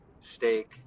steak